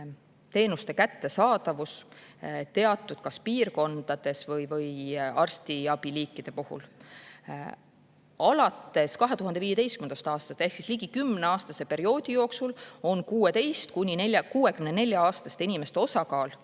teenuste kättesaadavus teatud piirkondades või arstiabi liikide puhul. Alates 2015. aastast ehk ligi kümneaastase perioodi jooksul on 16–64‑aastaste inimeste osakaal,